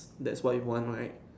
that's what you want right